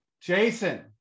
Jason